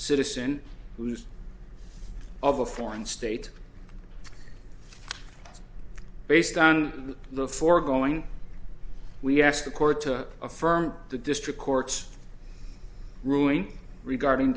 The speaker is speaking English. citizen who's of a foreign state based on the foregoing we asked the court to affirm the district court's ruling regarding